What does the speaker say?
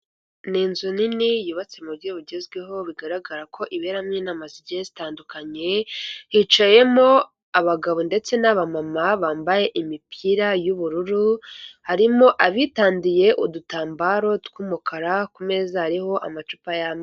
Ni inzu nini yubatse mu buryo bugezweho bigaragara ko iberamo inama, zigiye zitandukanye hicayemo abagabo ndetse n'abamama bambaye imipira y'ubururu harimo abitadiye udutambaro tw'umukara, ku meza hariho amacupa y'amezi.